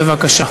בבקשה.